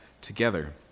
together